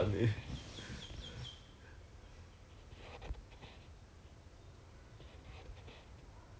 ask you err 那个什么那那天那个 that's why 那天我们一起做的那个叫什么 evacuation drill ah